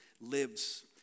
lives